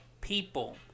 people